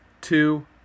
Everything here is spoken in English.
two